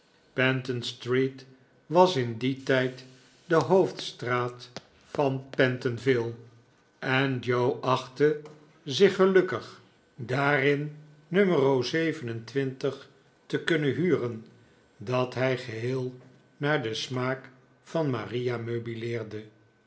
was in dien tijd de hoofdstraat van pentonville en joe achtte zich gelukkig daarin n te kunnen huren dat hij geheel naar den smaak van maria